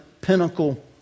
pinnacle